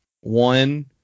One